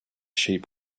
sheep